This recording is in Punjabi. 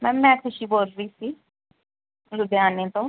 ਮੈਮ ਮੈਂ ਖੁਸ਼ੀ ਬੋਲ ਰਹੀ ਸੀ ਲੁਧਿਆਣੇ ਤੋਂ